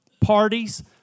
parties